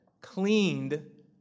cleaned